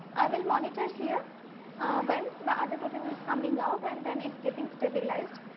i will monitor here when the other protein is coming out and then, it getting stabilized.